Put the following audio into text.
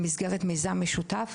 במסגרת מיזם משותף